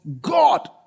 God